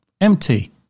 empty